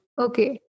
Okay